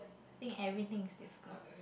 think everything is difficult